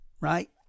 right